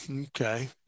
okay